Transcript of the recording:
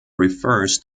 refers